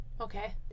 Okay